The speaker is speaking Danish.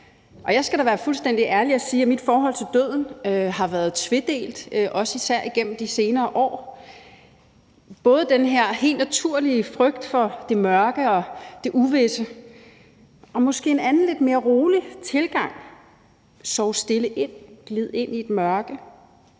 jeg skal da være fuldstændig ærlig og sige, at mit forhold til døden har været tvedelt, især igennem de senere år. Der er både den her helt naturlige frygt for det mørke og det uvisse, og så er der måske en anden lidt mere rolig tilgang, der handler om at sove stille ind, glide ind i et mørke